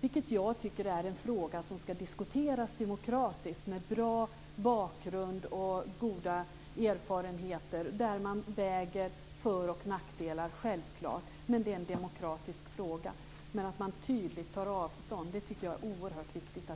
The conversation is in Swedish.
Jag tycker att det är en fråga som ska diskuteras demokratiskt med bra bakgrund och goda erfarenheter, där man väger för och nackdelar. Det är en demokratisk fråga. Jag tycker att det är oerhört viktigt att man tydligt tar